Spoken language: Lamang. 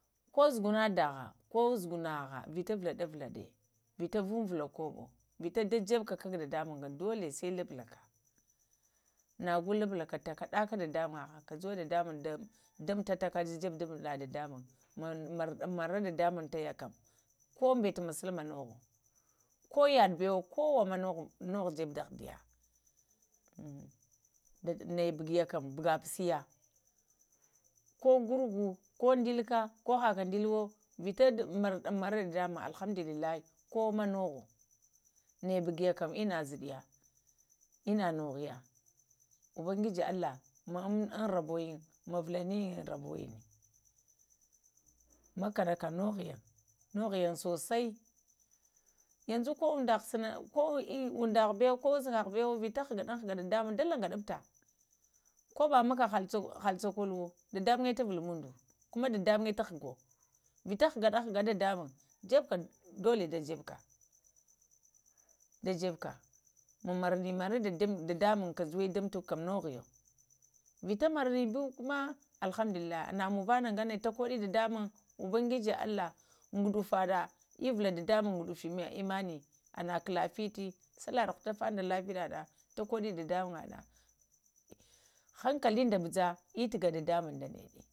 Ko zəguna daha, ko zəguŋa a mahə vita vuŋvula koɓo vita də da ŋebuka kaga dadamaŋ kam dolə da ŋebuka lubalaka, nago lubulaka ta kanuta dadamuyha, kajawa ta mafataka jekə ɗəvala ɗadamaŋha, mərundun məra dadatnuŋ taya kam ko ŋbata muslama noho, ko yaɗa bəwo ko wa ma noho jeɓə daghdəya, ŋ naya buguwa kavu buga pusya, ko gərgo ko ŋdələka ko hakə ŋdiliwa vita mara-ɗuŋ-ma-ra dadamuŋm alhadulillahi, kowə noho ŋaya buguyə kəm kowo, ma noho nəya buguya kam innə zəɗaya, ənnə nuhoya, ubangəjə allah uŋm roboyəŋ mə vuɗulura yən robowayən, makkah nakam nohoyin sosai, yanzu koh uŋda ghəyən ko uŋdaghinbowo iro uzaŋha buwo yo vita hədəduŋ haga dadamuŋ də lagədufta koba makkah halo cakoluwo dada muyyə taɗ vuluŋ muŋdo, koma dadamuyyə to hago, vita həɗ ɗaɗa hasa dadamaŋm na jebə ka doləh da ŋebuka, da ŋebuka, muŋ-marədumaɗa dadamaŋm kam ka juwə da mutuku kam ma nohgho vita marine buwo kumə alhamdulillahi na maŋvana ŋgaŋe tukodə dadamuŋmubangiji allah guɗ faɗə əvula da damuŋm ɗuɗfə mai əmmanə ənna kalafəta, sallahɗa ufatafa da lafiya ɗa tuƙoɗə dadamuŋɗa, hankələn da ɓuyaga.